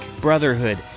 brotherhood